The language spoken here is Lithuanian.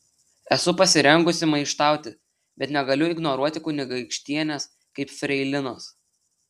esu pasirengusi maištauti bet negaliu ignoruoti kunigaikštienės kaip freilinos